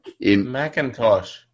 Macintosh